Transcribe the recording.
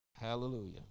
Hallelujah